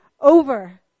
Over